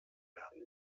werden